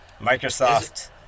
microsoft